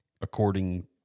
According